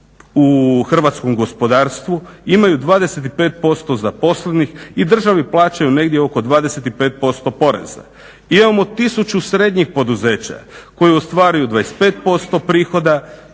u hrvatskom gospodarstvu, imaju 25% zaposlenih i državi plaćaju negdje oko 25% poreza. Imamo 1000 srednjih poduzeća koji ostvaruju 25% prihoda,